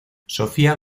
sofía